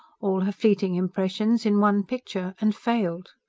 all her fleeting impressions, in one picture and failed.